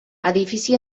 edifici